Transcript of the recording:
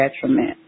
detriment